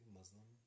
Muslim